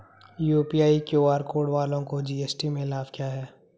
UPI QR code वालों को GST में लाभ क्या है?